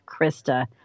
Krista